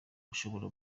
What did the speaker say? ushobora